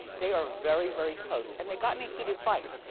they are very, very close, and they got in a heated fight.